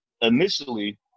initially